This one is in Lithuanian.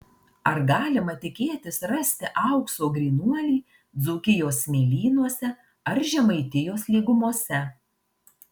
ar galima tikėtis rasti aukso grynuolį dzūkijos smėlynuose ar žemaitijos lygumose